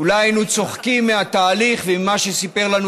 אולי היינו צוחקים מהתהליך וממה שסיפר לנו